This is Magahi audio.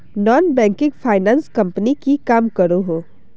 नॉन बैंकिंग फाइनांस कंपनी की काम करोहो?